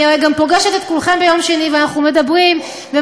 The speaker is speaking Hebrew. אני גם הרי פוגשת את כולכם ביום שני ואנחנו מדברים ומסבירים.